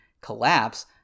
collapse